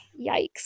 yikes